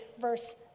verse